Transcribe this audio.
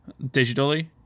digitally